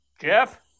Jeff